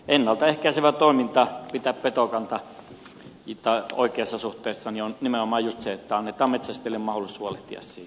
ennalta ehkäisevä toiminta pitää petokanta oikeassa suhteessa on nimenomaan just sitä että annetaan metsästäjille mahdollisuus huolehtia siitä